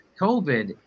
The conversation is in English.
COVID